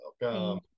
Welcome